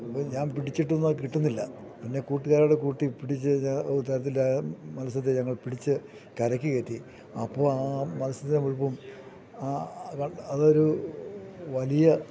അപ്പോള് ഞാൻ പിടിച്ചിട്ടൊന്നും അത് കിട്ടുന്നില്ല പിന്നെ കൂട്ടുകാരുടെ കൂട്ടിപ്പിടിച്ച് ഒരു തരത്തില് ആ മത്സ്യത്തെ ഞങ്ങൾ പിടിച്ച് കരയ്ക്കുകയറ്റി അപ്പോള് ആ മത്സ്യത്തിന് മുഴുപ്പം അതൊരു വലിയ